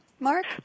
Mark